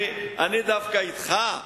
אני דווקא אתך.